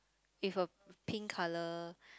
with a pink color